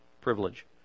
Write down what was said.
privilege